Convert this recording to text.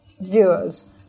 viewers